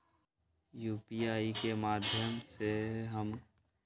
UPI के माध्यम से हम कम से कम और ज्यादा से ज्यादा केतना पैसा एक दिन में भेज सकलियै ह?